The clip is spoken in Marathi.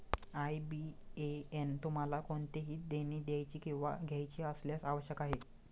आय.बी.ए.एन तुम्हाला कोणतेही देणी द्यायची किंवा घ्यायची असल्यास आवश्यक आहे